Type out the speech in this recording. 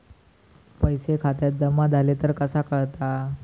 पैसे खात्यात जमा झाले तर कसा कळता?